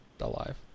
alive